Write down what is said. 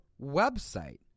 website